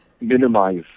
minimize